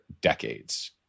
decades